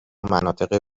مناطق